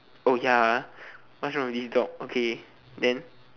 oh ya what's wrong with this dog okay then